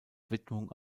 widmung